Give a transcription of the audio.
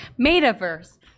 metaverse